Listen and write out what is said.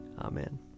Amen